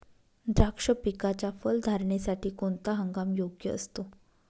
द्राक्ष पिकाच्या फलधारणेसाठी कोणता हंगाम योग्य असतो?